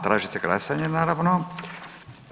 Tražite glasanje naravno.